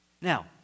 Now